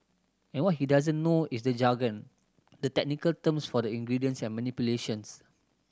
and what he doesn't know is the jargon the technical terms for the ingredients and manipulations